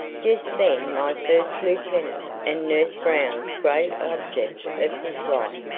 just then my first-lieutenant and nurse brown's great object of dislike,